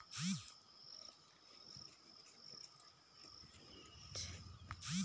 निवेस करइया मन कोनो कंपनी कर बांड ल घलो बेसाए के अपन पइसा ल लगाए लेथे